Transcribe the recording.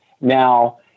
Now